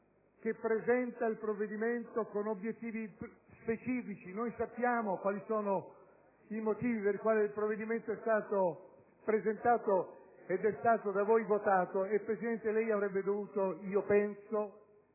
che presenta il provvedimento con obiettivi specifici. Noi sappiamo quali sono i motivi per i quali il provvedimento è stato presentato ed è stato da voi votato. Signor Presidente, io penso